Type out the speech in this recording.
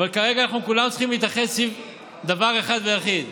אבל כרגע אנחנו כולנו צריכים להתאחד סביב דבר אחד ויחיד: